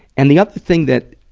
and the other thing that,